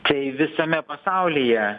tai visame pasaulyje